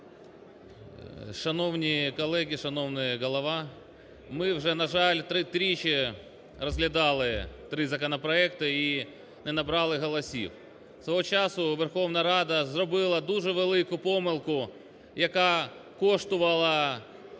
А.В. Шановні колеги, шановний Голово, ми вже, на жаль, тричі розглядали три законопроекти і не набрали голосів. Свого часу Верховна Рада зробила дуже велику помилку, яка коштувала